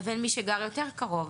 לבין מי שגר יותר קרוב.